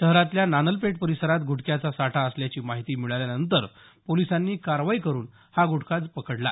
शहरातल्या नानलपेठ परिसरात गुटख्याचा साठा असल्याची माहिती मिळाल्यानंतर पोलिसांनी कारवाई करून हा गुटखा पकडला